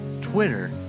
Twitter